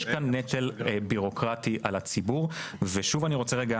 יש כאן נטל בירוקרטי על הציבור, ושוב אני רוצה רגע